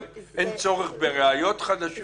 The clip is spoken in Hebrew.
אין צורך בראיות חדשות.